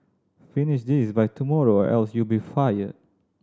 finish this by tomorrow or else you'll be fired